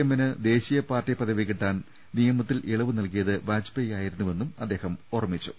എമ്മിന് ദേശീയ പാർട്ടി പദവി കിട്ടാൻ നിയമ ത്തിൽ ഇളവ് നൽകിയത് വാജ്പേയ് ആയിരുന്നുവെന്നും അദ്ദേഹം വെളി പ്പെടുത്തി